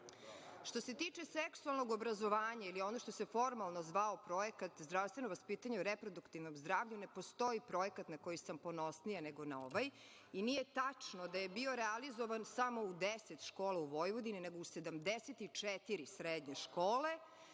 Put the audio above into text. se tiče seksualnog obrazovanja, ili ono što se formalno zvao Projekat zdravstveno vaspitanje o reproduktivnom zdravlju, ne postoji projekat na koji sam ponosnija nego na ovaj. Nije tačno da je bio realizovan samo u 10 škola u Vojvodini, nego u 74 srednje škole,